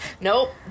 nope